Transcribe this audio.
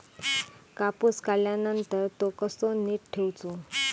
कापूस काढल्यानंतर तो कसो नीट ठेवूचो?